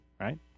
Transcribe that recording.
right